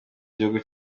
gihugu